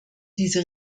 diese